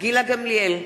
גילה גמליאל,